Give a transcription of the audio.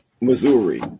Missouri